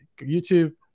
YouTube